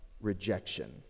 rejection